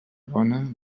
bona